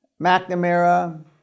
McNamara